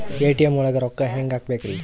ATM ಒಳಗ್ ರೊಕ್ಕ ಹೆಂಗ್ ಹ್ಹಾಕ್ಬೇಕ್ರಿ?